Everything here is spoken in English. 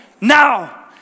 now